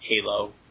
Halo